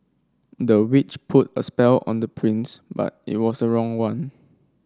the witch put a spell on the prince but it was a wrong one